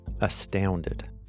astounded